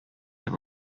дип